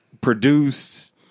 produced